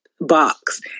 box